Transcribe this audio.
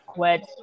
Quit